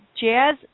Jazz